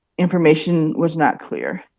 information was not clear.